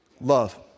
love